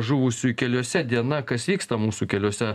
žuvusiųjų keliuose diena kas vyksta mūsų keliuose